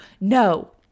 No